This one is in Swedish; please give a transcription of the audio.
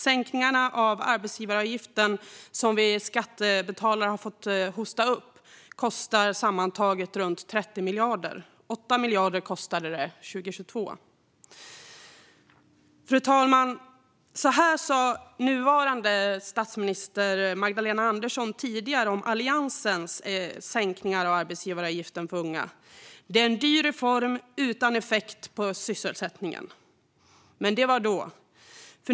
Den sänkning av arbetsgivaravgiften som vi skattebetalare har fått hosta upp för kostar sammantaget runt 30 miljarder. År 2022 kostar den 8 miljarder. Fru talman! Nuvarande statsminister Magdalena Andersson sa tidigare om Alliansens sänkningar av arbetsgivaravgiften för unga att det är en dyr reform utan effekt på sysselsättningen. Men det var då.